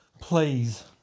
Please